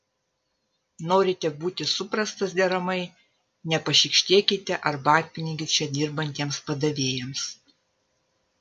norite būti suprastas deramai nepašykštėkite arbatpinigių čia dirbantiems padavėjams